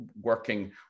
working